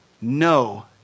no